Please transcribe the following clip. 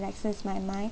relaxes my mind